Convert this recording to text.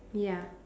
ya